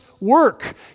work